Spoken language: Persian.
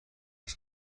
است